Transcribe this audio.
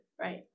Right